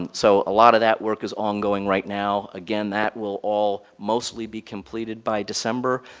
and so, a lot of that work is ongoing right now. again, that will all mostly be completed by december,